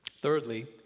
Thirdly